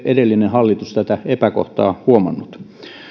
edellinen hallitus tätä epäkohtaa huomannut